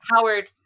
howard